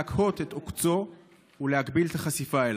להקהות את עוקצו ולהגביל את החשיפה אליו,